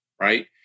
right